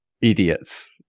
idiots